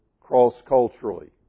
cross-culturally